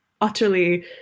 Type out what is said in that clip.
utterly